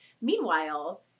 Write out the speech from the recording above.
Meanwhile